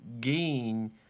gain